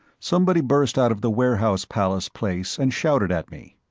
somebody burst out of the warehouse-palace place, and shouted at me.